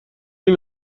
این